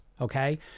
okay